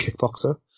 kickboxer